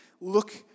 look